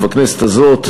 ובכנסת הזאת,